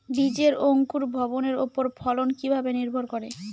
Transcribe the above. বীজের অঙ্কুর ভবনের ওপর ফলন কিভাবে নির্ভর করে?